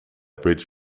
bridge